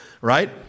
right